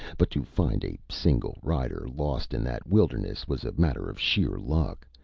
but to find a single rider lost in that wilderness was a matter of sheer luck,